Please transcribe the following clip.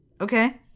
Okay